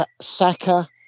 Saka